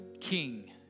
king